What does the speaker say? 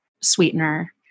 sweetener